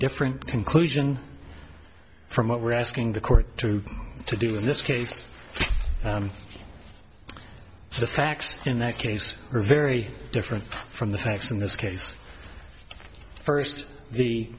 different conclusion from what we're asking the court to to do in this case the facts in that case are very different from the facts in this case first the